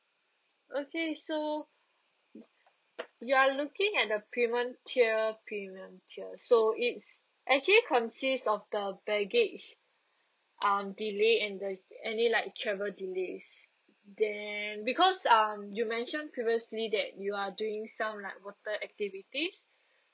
okay so you're looking at the premium tier premium tier so it's actually consist of the baggage um delay and the any like travel delays then because um you mentioned previously that you are doing some like water activities